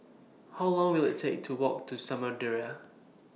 How Long Will IT Take to Walk to Samudera